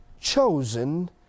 chosen